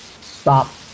stop